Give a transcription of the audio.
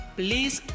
please